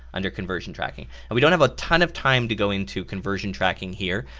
under conversion tracking and we don't have a ton of time to go into conversion tracking here.